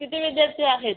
किती विद्यार्थी आहेत